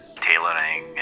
tailoring